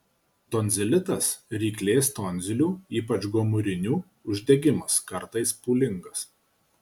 tonzilitas ryklės tonzilių ypač gomurinių uždegimas kartais pūlingas